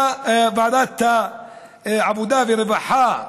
בוועדת העבודה והרווחה,